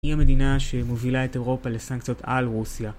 היא המדינה שמובילה את אירופה לסנקציות על רוסיה.